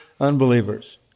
unbelievers